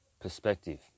perspective